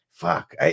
fuck